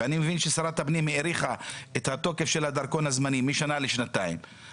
ואני מבין ששרת הפנים האריכה את התוקף של הדרכון הזמני משנה לשנתיים,